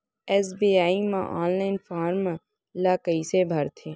SBI म online form ल कइसे भरथे?